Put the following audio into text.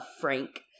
frank